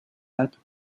alpes